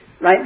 right